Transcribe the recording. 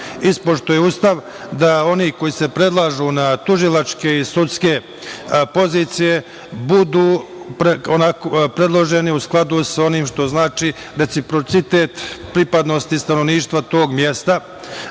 ispoštuje Ustav, da oni koji se predlažu na tužilačke i sudske pozicije budu predloženi u skladu sa onim što znači reciprocitet pripadnosti stanovništva tog mesta. Danas,